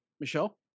Michelle